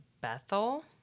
Bethel